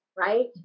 Right